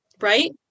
Right